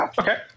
Okay